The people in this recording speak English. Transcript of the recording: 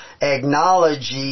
acknowledge